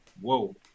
Whoa